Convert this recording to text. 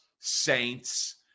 Saints